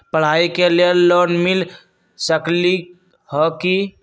पढाई के लेल लोन मिल सकलई ह की?